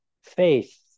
faith